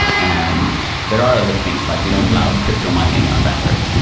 and there are other things. like we don't love crypto mining on render.